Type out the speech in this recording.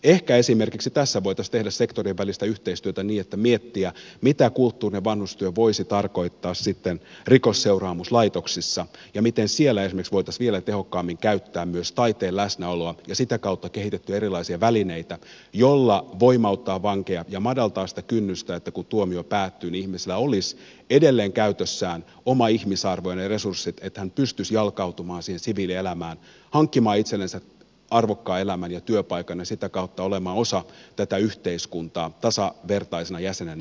ehkä esimerkiksi tässä voitaisiin tehdä sektorien välistä yhteistyötä niin että mietittäisiin mitä kulttuurinen vanhustyö voisi tarkoittaa sitten rikosseuraamuslaitoksissa ja miten esimerkiksi siellä voitaisiin vielä tehokkaammin käyttää myös taiteen läsnäoloa ja sitä kautta kehittää erilaisia välineitä joilla voimauttaa vankeja ja madaltaa sitä kynnystä että kun tuomio päättyy niin ihmisellä olisi edelleen käytössään oma ihmisarvonsa ja ne resurssit että hän pystyisi jalkautumaan siihen siviilielämään hankkimaan itsellensä arvokkaan elämän ja työpaikan ja sitä kautta olemaan osa tätä yhteiskuntaa tasavertaisena jäsenenä niin kuin kaikki muutkin